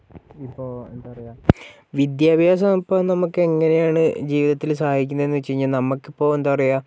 ഇപ്പോൾ എന്താ പറയുക വിദ്യാഭ്യാസം ഇപ്പോൾ നമുക്ക് എങ്ങനെയാണ് ജീവിതത്തിൽ സഹായിക്കുന്നതെന്ന് വച്ചു കഴിഞ്ഞാൽ നമ്മൾക്കിപ്പോൾ എന്താ പറയുക